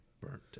burnt